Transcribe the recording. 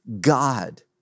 God